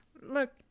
look